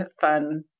fun